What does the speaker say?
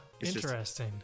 interesting